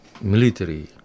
military